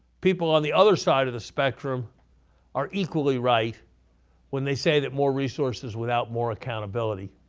people on the other side of the spectrum are equally right when they say that more resources without more accountability